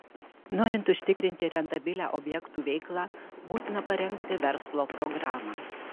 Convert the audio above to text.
norint užtikrinti rentabilią objektų veiklą būtina parengti verslo programą